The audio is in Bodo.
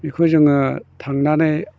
बिखौ जोङो थांनानै